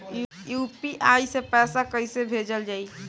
UPI से पैसा कइसे भेजल जाई?